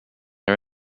our